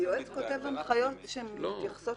--- היועץ כותב הנחיות שמתייחסות